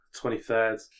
23rd